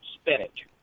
spinach